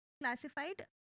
classified